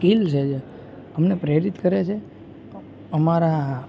skill છે જે અમને પ્રેરિત કરે છે અમારા